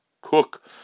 cook